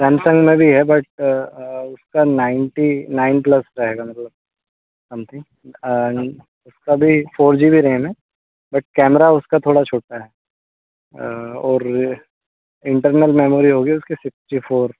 Samsung में भी है बट उसका नाइन्टी नाइन प्लस रहेगा मतलब समथिंग उसका भी फोर जी बी रैम है बट कैमरा उसका थोड़ा छोटा है और इंटरनल मैमोरी होगी उसकी सिक्स्टी फोर